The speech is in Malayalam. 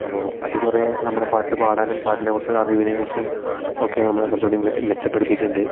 അപ്പോൾ അതു കുറേ നമ്മളെ പാട്ടു പാടാനും പാട്ടിനെക്കുറിച്ചുള്ള അറിവിനെക്കുറിച്ചും ഒക്കെ നമ്മൾ കുറച്ചുകൂടിയും മെച്ചപ്പെടുത്തിയിട്ടുണ്ട്